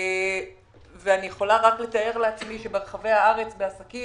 אני יכולה לתאר לעצמי שעסקים